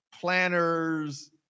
planners